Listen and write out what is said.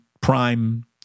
Prime